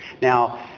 Now